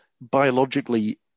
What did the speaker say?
biologically